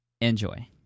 Enjoy